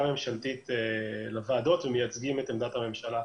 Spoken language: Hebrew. ממשלתית לוועדות ומייצגים את עמדת הממשלה.